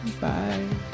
bye